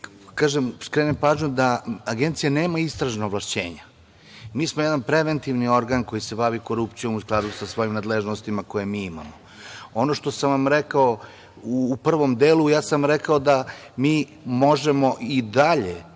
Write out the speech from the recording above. vam skrenem pažnju da Agencija nema istražna ovlašćenja. Mi smo jedan preventivni organ koji se bavi korupcijom u skladu sa svojim nadležnostima koje mi imamo. Ono što sam vam rekao u prvom delu, ja sam rekao da mi možemo i dalje,